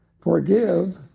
Forgive